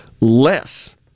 less